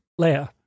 Leia